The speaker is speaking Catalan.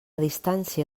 distància